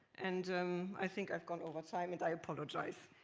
and um i think i have gone over time, and i apologize.